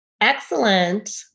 Excellent